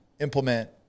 implement